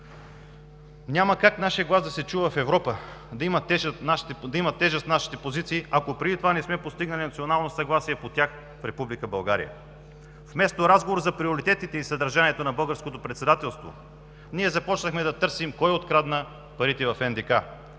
Няма как нашият глас да се чува в Европа, да имат тежест нашите позиции, ако преди това не сме постигнали национално съгласия по тях в Република България! Вместо разговор за приоритетите и съдържанието на българското председателство, ние започнахме да търсим кой открадна парите в НДК.